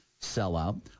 sellout